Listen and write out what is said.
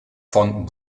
von